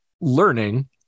learning –